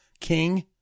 King